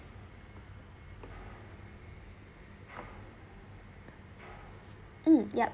mm yup